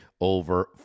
over